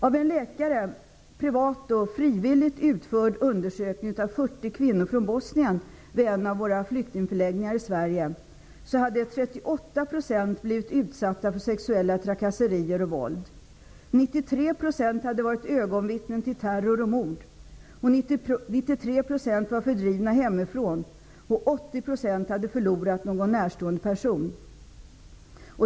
Av en av en läkare privat och frivilligt utförd undersökning av 40 kvinnor från Bosnien vid en av våra flyktingförläggningar i Sverige framgår att 38 % av kvinnorna hade blivit utsatta för sexuella trakasserier och våld. 93 % hade varit ögonvittnen till terror och mord. 93 % var fördrivna hemifrån. 80 % hade förlorat en närstående person.